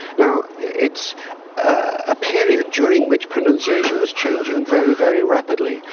now, it's a period during which pronunciation was changing very very rapidly,